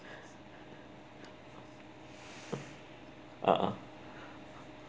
(uh huh)